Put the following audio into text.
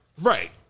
right